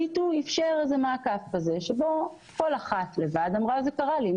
ואיפשר מעקף שבו כל אחת לבד אמרה שזה קרה לה.